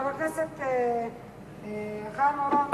לחבר הכנסת חיים אורון,